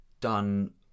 done